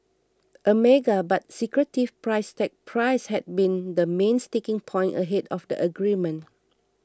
a mega but secretive price tag Price had been the main sticking point ahead of the agreement